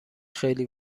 خیلی